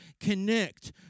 connect